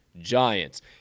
Giants